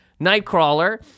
Nightcrawler